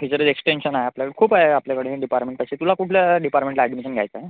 fisheries extension आहे आपल्या खूप आहे आपल्याकडे डिपार्टमेंट कशी तुला कुठल्या डिपार्टमेंटला ॲडमिशन घ्यायचं आहे